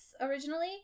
originally